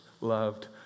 loved